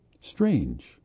Strange